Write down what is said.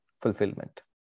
fulfillment